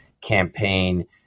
campaign